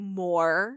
more